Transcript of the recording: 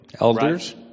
Elders